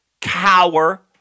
cower